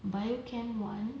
biology chemistry [one]